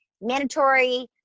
mandatory